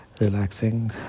relaxing